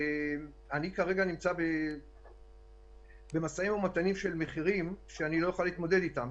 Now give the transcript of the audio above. אני כרגע נמצא במשאים ומתנים עם מחירים שאני לא אוכל להתמודד אתם.